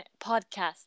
Podcast